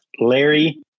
Larry